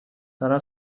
دارم